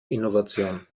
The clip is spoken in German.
innovation